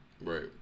Right